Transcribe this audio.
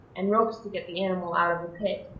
and ropes to get the animal out of the pit,